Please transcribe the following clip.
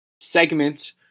segment